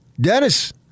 Dennis